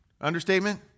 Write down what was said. Understatement